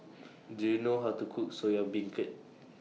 Do YOU know How to Cook Soya Beancurd